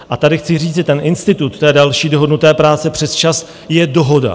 A tady chci říct, že institut té další dohodnuté práce přesčas je dohoda.